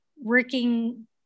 working